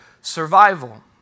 survival